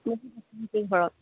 ঘৰত